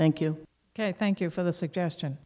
thank you ok thank you for the suggestion